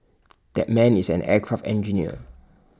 that man is an aircraft engineer